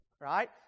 right